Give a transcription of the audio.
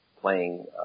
playing